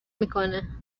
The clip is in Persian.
میکنه